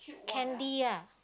Candy lah